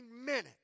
minute